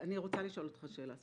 אני רוצה לשאול אותך שאלה ספציפית.